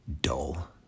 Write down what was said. Dull